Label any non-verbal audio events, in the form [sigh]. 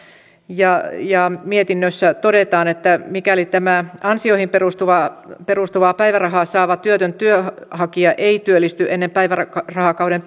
ja ja mietinnössä todetaan että mikäli tämä ansioihin perustuvaa perustuvaa päivärahaa saava työtön työnhakija ei työllisty ennen päivärahakauden [unintelligible]